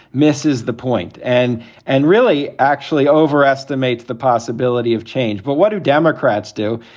misses the point and and really actually overestimates the possibility of change. but what do democrats do?